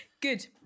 Good